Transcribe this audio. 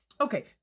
okay